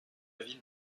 ville